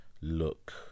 look